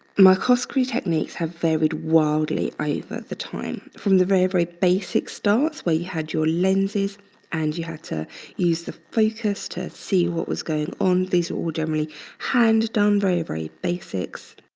microscopy techniques have varied wildly over the time, from the very, very basic starts where you had your lenses and you had to use the focus to see what was going on. these were all generally hand done, very, very basics.